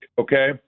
okay